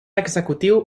executiu